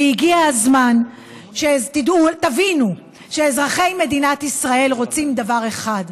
הגיע הזמן שתבינו שאזרחי מדינת ישראל רוצים דבר אחד: